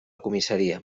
comissaria